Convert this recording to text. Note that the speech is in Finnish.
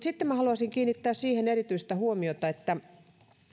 sitten minä haluaisin kiinnittää siihen erityistä huomiota että